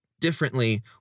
differently